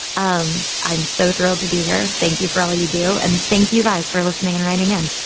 um i'm so thrilled to be here. thank you for all you do. and thank you guys for listening and writing and